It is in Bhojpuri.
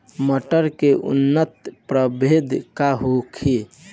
मटर के उन्नत प्रभेद का होखे?